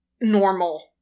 normal